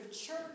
church